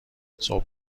صبح